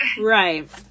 Right